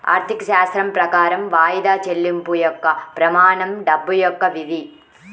ఆర్థికశాస్త్రం ప్రకారం వాయిదా చెల్లింపు యొక్క ప్రమాణం డబ్బు యొక్క విధి